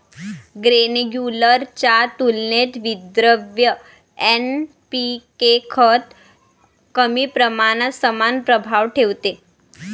granular च्या तुलनेत विद्रव्य एन.पी.के खत कमी प्रमाणात समान प्रभाव ठेवते